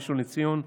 ראשון לציון,